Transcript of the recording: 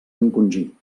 encongir